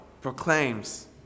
proclaims